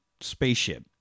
spaceship